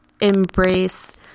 embrace